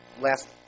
last